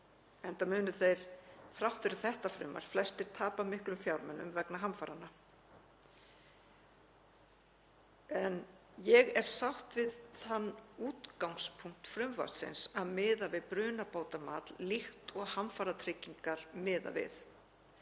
enda munu þeir, þrátt fyrir þetta frumvarp, flestir tapa miklum fjármunum vegna hamfaranna. En ég er sátt við þann útgangspunkt frumvarpsins að miða við brunabótamat líkt og hamfaratryggingar miða við.